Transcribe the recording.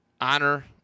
honor